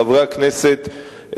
חברי הכנסת,